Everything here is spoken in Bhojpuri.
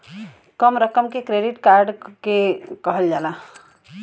कम रकम के क्रेडिट के कहल जाला